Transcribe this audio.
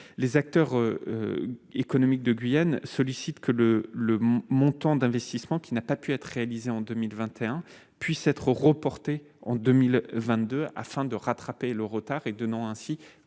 les acteurs économiques de guyen sollicitent que le le montant d'investissement qui n'a pas pu être réalisée en 2021 puisse être en 2022 afin de rattraper le retard et donnant ainsi